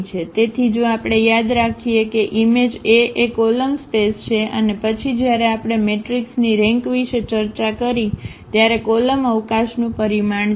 તેથી જો આપણે યાદ રાખીએ કે ઈમેજ A એ કોલમ સ્પેસ છે અને પછી જ્યારે આપણે મેટ્રિક્સની રેંક વિશે ચર્ચા કરી ત્યારે તે કોલમ અવકાશનું પરિમાણ છે